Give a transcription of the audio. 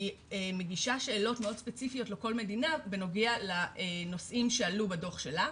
היא מגישה שאלות ספציפיות לכל מדינה בנוגע לנושאים שעלו בדו"ח שלה,